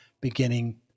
beginning